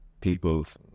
peoples